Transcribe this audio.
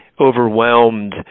overwhelmed